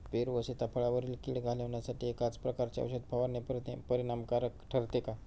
पेरू व सीताफळावरील कीड घालवण्यासाठी एकाच प्रकारची औषध फवारणी परिणामकारक ठरते का?